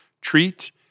Treat